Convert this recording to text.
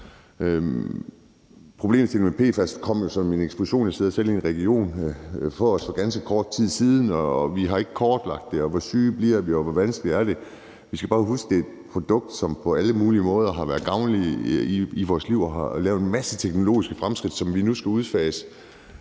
problemstillingen med PFAS kom jo som en eksplosion for os for ganske kort tid siden – jeg sidder selv i en region. Vi har ikke kortlagt det; hvor syge bliver vi, og hvor vanskeligt er det? Vi skal bare huske, at det er et produkt, som på alle mulige måder har været gavnligt i vores liv. Man har lavet en masse teknologiske fremskridt, som man nu skal udfase.